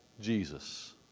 Jesus